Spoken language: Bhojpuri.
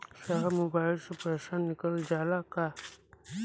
साहब मोबाइल से पैसा निकल जाला का?